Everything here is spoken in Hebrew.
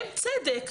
אין צדק,